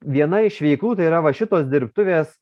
viena iš veiklų tai yra va šitos dirbtuvės